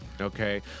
okay